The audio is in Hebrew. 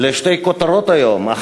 לשתי כותרות היום,